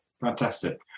Fantastic